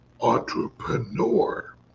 entrepreneur